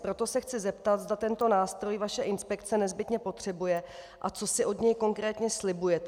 Proto se chci zeptat, zda tento nástroj vaše inspekce nezbytně potřebuje, a co si od něj konkrétně slibujete.